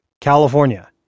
California